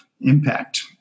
impact